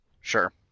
Sure